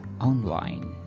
online